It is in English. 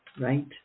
right